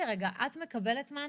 בתור אחות את מקבלת מענה?